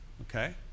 okay